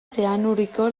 zeanuriko